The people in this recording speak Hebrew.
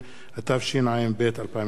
התשע"ב 2012,